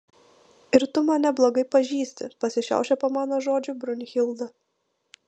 ir tu mane blogai pažįsti pasišiaušia po mano žodžių brunhilda